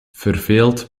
verveeld